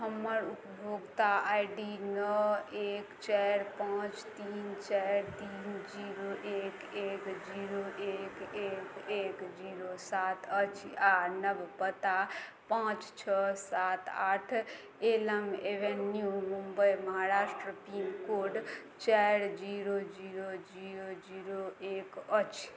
हमर उपभोक्ता ID नओ एक चारि एक पाँच तीन चारि तीन जीरो एक एक जीरो एक एक एक जीरो सात अछि आ नव पता पाँच छओ सात आठ Elm Avenue Mumbai Maharashtra pin code चारि जीरो जीरो जीरो जीरो एक अछि